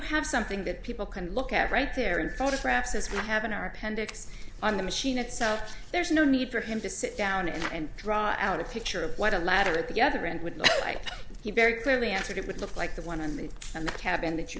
have something that people can look at right there in photographs as we have in our appendix on the machine itself there's no need for him to sit down and draw out a picture of what a ladder at the other end would look like he very clearly answered it would look like the one on me and the cabin that you